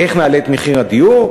איך נעלה את מחיר הדיור?